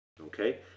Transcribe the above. Okay